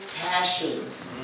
passions